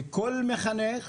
לכל מחנך